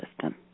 system